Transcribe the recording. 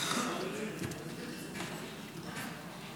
רשות דיבור.